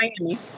Miami